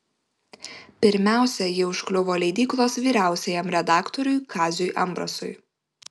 pirmiausia ji užkliuvo leidyklos vyriausiajam redaktoriui kaziui ambrasui